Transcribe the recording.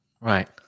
Right